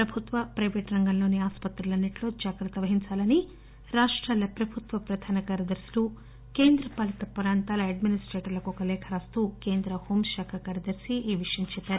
ప్రభుత్వ ప్రైవేట్ రంగంలోని ఆస్పత్రులన్నిట్లో జాగ్రత్త వహించాలని రాష్రాల ప్రభుత్వ ప్రధాన కార్యదర్శులు కేంద్ర పాలిత ప్రాంతాల అడ్మినిస్టేటర్లకు ఒక లేఖ రాస్తూ కేంద్ర హోం శాఖ కార్యదర్శి ఈ విషయం చెప్పారు